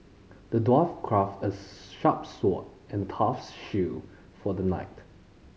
the dwarf crafted a sharp sword and tough shield for the knight